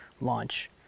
launch